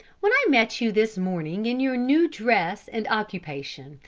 when i met you this morning in your new dress and occupation,